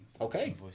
Okay